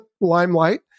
limelight